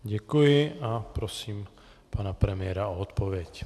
Děkuji a prosím pana premiéra o odpověď.